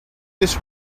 this